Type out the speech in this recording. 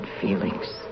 feelings